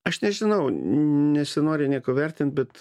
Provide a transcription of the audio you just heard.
aš nežinau nesinori nieko vertint bet